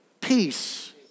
peace